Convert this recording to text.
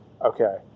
Okay